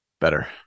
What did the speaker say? better